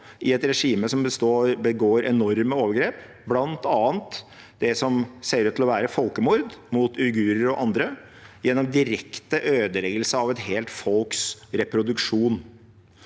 i et regime som begår enorme overgrep, bl.a. det som ser ut til å være folkemord mot uigurer og andre gjennom direkte ødeleggelse av et helt folks reproduksjon.